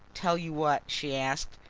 tell you what? she asked.